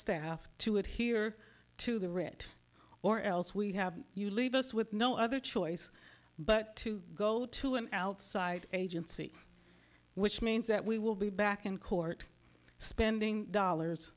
staff to adhere to the writ or else we have you leave us with no other choice but to go to an outside agency which means that we will be back in court spending dollars